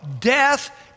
death